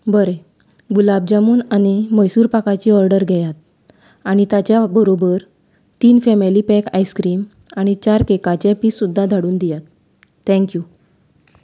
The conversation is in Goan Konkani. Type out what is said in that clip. बरें गुलाब जामून आनी मैसूरपाकाची ऑर्डर घेयात आनी ताच्या बरोबर तीन फेमली पॅक आयसक्रीम आनी चार केकाचे पीस सुद्दां धाडून दियात थेंक्यू